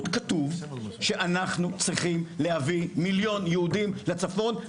כתוב שאנחנו צריכים להביא מיליון יהודים לצפון,